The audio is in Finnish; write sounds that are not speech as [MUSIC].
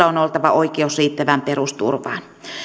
[UNINTELLIGIBLE] on oltava oikeus riittävään perusturvaan